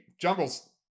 Jungle's